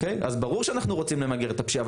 אז ברור שאנחנו רוצים למגר את הפשיעה,